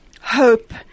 hope